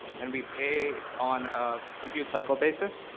and we pay on a compute-cycle basis.